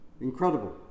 Incredible